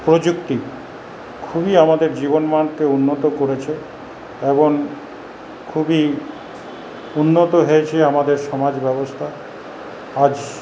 প্রযুক্তি খুবই আমাদের জীবনের মানকে উন্নত করেছে এবং খুবই উন্নত হয়েছে আমাদের সমাজ ব্যবস্থা আজ